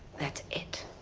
that's it.